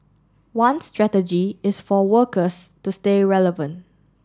one strategy is for workers to stay relevant